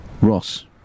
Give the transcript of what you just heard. Ross